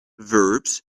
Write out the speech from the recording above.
verbs